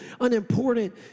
unimportant